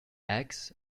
eggs